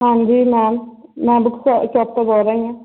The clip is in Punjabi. ਹਾਂਜੀ ਮੈਮ ਮੈਂ ਬੁੱਕ ਸੋ ਸ਼ੋਪ ਤੋਂ ਬੋਲ ਰਹੀ ਹਾਂ